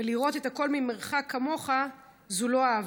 ולראות את הכול ממרחק כמוך, זו לא אהבה.